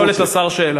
נא לשאול את השר שאלה.